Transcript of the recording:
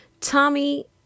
tommy